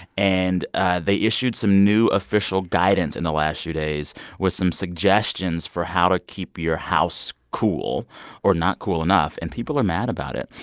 and ah they issued some new official guidance in the last few days with some suggestions for how to keep your house cool or not cool enough. and people are mad about it.